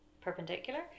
perpendicular